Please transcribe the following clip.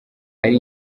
hari